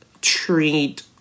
treat